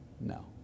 No